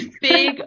big